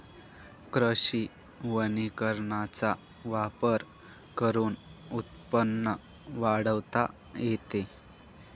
कृषी वनीकरणाचा वापर करून उत्पन्न वाढवता येते